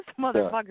motherfucker